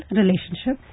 relationship